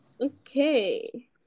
okay